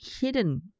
hidden